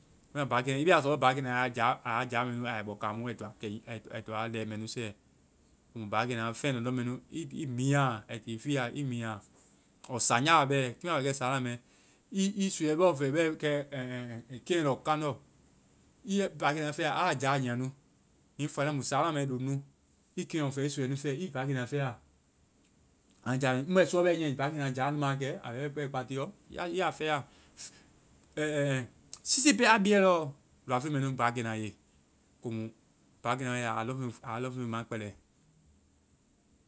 Bɛmãa paake-. i fɔ sɔ lɔɔ páakenaa a jáa-a jáa mɛ nu aiya bɔ kamu wa ai to a pɛi a to a lɛ mɛ nu sɛ. Komu páakenaa, feŋ lɔŋdɔ mɛnu i minya a. Ai ti fiaɔ i minya a. ɔɔ saŋjaɔ bɛ. Kiimu a bɛ sáana mɛ, i suuɛ bɔ fɛ pɛ keŋlɔ-kandɔ, i bɛ páakena mɛ nu fɛa, aa jaa nyia nu. Hiŋi fania mu, saana mɛ i loŋ nu. I keŋlɔ fɛ. I súuɛ nu fɛ. I páakena fɛa. Aa jaa-kiimu mu bɛ suɔ niiɛ, páakena jaa nu maa kɛ? A bɛ bɛɛ kɛ kpatiɔ. I ya fɛ ya-ɛɛ sisi pɛ a bie lɔɔ, loafeŋ mɛ nu páakena ye. komu, páakenaa iya-a lɔŋfeŋ ma kpɛlɛ.